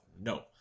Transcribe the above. No